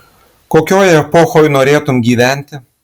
kokioj epochoj norėtum gyventi